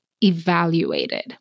evaluated